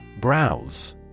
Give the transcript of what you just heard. Browse